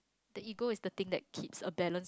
the ego is the thing that keeps a balance